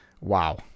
wow